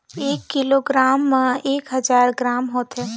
एक किलोग्राम म एक हजार ग्राम होथे